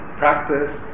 practice